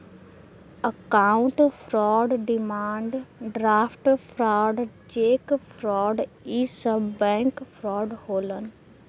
account fraud demand draft fraud cheque fraud इ सब bank fraud होलन